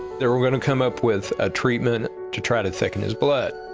they were going to come up with a treatment to try to thicken his blood. it